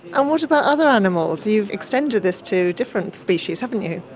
and what about other animals? you've extended this to different species, haven't you.